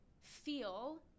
feel